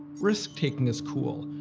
risk taking is cool.